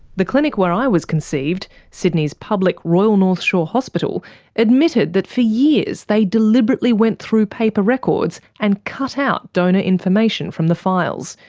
the clinic where i was conceived sydney's public royal north shore hospital admitted that for years they deliberately went through paper records and cut out donor information from the files,